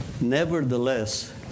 nevertheless